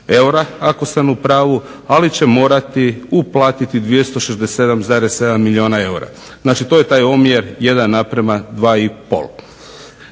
eura ako sam u pravu, ali će morati uplatiti 267,7 milijuna eura. Znači to je onaj omjer 1:2,5.